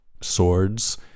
swords